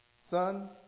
Son